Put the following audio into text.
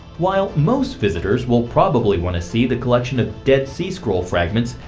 while most visitors will probably want to see the collection of dead sea scroll fragments,